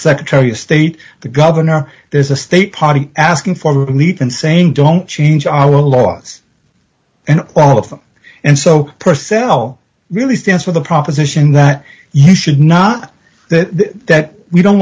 secretary of state the governor there's a state party asking for meet and saying don't change our laws and all of them and so purcell really stands for the proposition that you should not that we don't